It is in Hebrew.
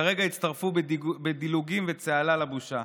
כרגע הצטרפו בדיוק בדילוגים וצהלה לבושה.